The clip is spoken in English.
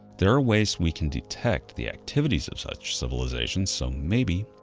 there are ways we can detect the activities of such civilizations, so maybe,